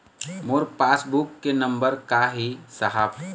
मोर पास passbook number का ही साहब?